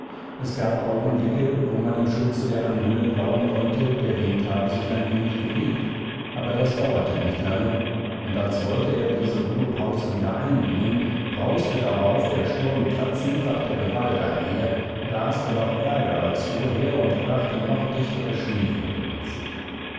es gab augenblicke wo man im schutze der anhöhe glauben konnte der wind habe sich ein wenig gelegt aber das dauerte nicht lange und als wollte er diese ruhepause wieder einbringen brauste darauf der sturm mit verzehnfachter gewalt einher raste noch ärger als vorher und brachte noch dichtere schneewirbel mit sich